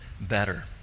better